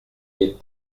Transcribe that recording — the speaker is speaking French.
est